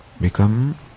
become